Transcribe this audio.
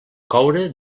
coure